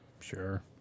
sure